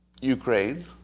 Ukraine